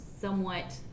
somewhat